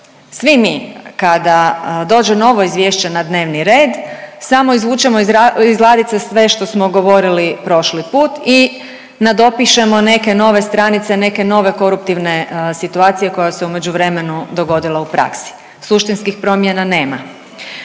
svi mi kada dođe novo izvješće na dnevni red samo izvučemo iz ladice sve što smo govorili prošli put i nadopišemo neke nove stranice, neke nove koruptivne situacije koja se u međuvremenu dogodila u praksi. Suštinskih promjena nema.